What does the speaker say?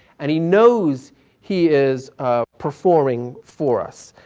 and he knows he is performing for us.